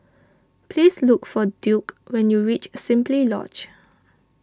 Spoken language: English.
please look for Duke when you reach Simply Lodge